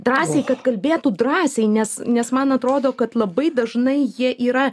drąsiai kad kalbėtų drąsiai nes nes man atrodo kad labai dažnai jie yra